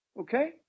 okay